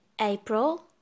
April